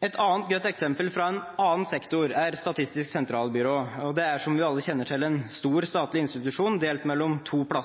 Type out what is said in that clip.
Et annet godt eksempel, fra en annen sektor, er Statistisk sentralbyrå. Det er, som vi alle kjenner til, en stor statlig institusjon, delt